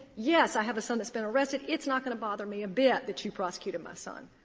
yes, i have a son that's been arrested, it's not going to bother me a bit that you prosecuted my son.